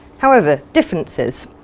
however, differences,